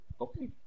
okay